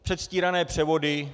Předstírané převody.